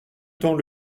temps